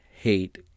hate